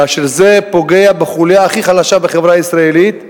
כאשר זה פוגע בחוליה הכי חלשה בחברה הישראלית,